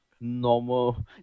Normal